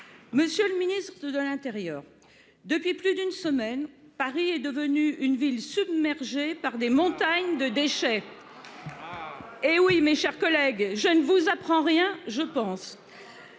Monsieur le ministre de l'Intérieur depuis plus d'une semaine, Paris est devenue une ville submergée par des montagnes de déchets. Eh oui, mes chers collègues je ne vous apprends rien je pense.